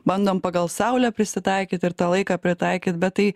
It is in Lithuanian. bandom pagal saulę prisitaikyt ir tą laiką pritaikyt bet tai